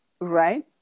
Right